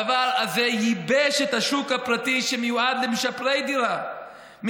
הדבר הזה ייבש את השוק הפרטי שמיועד למשפרי דירה.